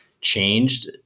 changed